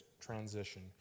transition